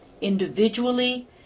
individually